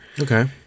Okay